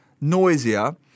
noisier